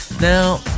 Now